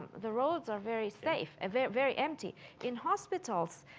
the roads are very safe very very empty in hospitals.